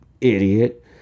idiot